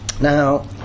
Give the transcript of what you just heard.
now